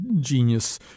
genius